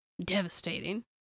devastating